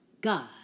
God